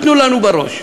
תנו לנו בראש,